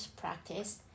practice